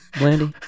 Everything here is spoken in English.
Landy